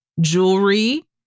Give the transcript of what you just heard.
jewelry